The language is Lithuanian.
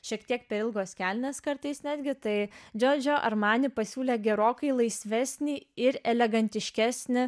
šiek tiek per ilgos kelnės kartais netgi tai džiordžio armani pasiūlė gerokai laisvesnį ir elegantiškesnį